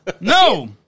No